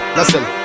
Listen